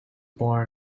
born